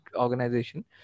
organization